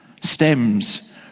stems